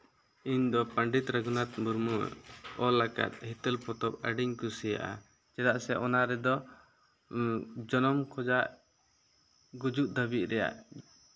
ᱤᱧ ᱫᱚ ᱯᱚᱱᱰᱤᱛ ᱨᱚᱜᱷᱩᱱᱟᱛᱷᱟ ᱢᱩᱨᱢᱩᱣᱟᱜ ᱚᱞ ᱟᱠᱟᱫ ᱦᱤᱛᱟᱹᱞ ᱯᱚᱛᱚᱵ ᱟᱹᱰᱤᱧ ᱠᱩᱥᱤᱟᱭᱜᱼᱟ ᱪᱮᱫᱟᱜ ᱥᱮ ᱚᱱᱟ ᱨᱮᱫᱚ ᱡᱚᱱᱚᱢ ᱠᱷᱚᱱᱟᱜ ᱜᱩᱡᱩᱜ ᱫᱷᱟᱹᱵᱤᱡ ᱨᱮᱭᱟᱜ